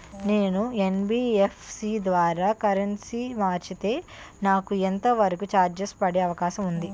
నేను యన్.బి.ఎఫ్.సి ద్వారా కరెన్సీ మార్చితే నాకు ఎంత వరకు చార్జెస్ పడే అవకాశం ఉంది?